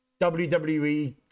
wwe